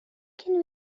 can